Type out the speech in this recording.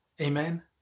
Amen